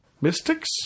Mystics